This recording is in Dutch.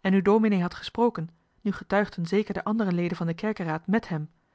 en nu dominee had gesproken nu getuigden zeker de andere leden van den kerkeraad mèt hem